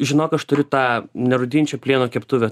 žinok aš turiu tą nerūdijančio plieno keptuvę